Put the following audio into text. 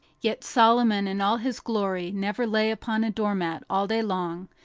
yet solomon in all his glory never lay upon a door-mat all day long,